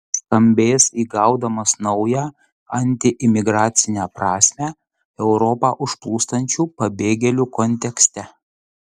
skambės įgaudamas naują antiimigracinę prasmę europą užplūstančių pabėgėlių kontekste